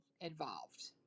involved